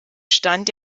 stand